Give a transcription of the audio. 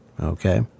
Okay